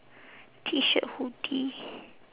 T shirt hoodie